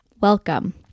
welcome